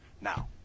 Now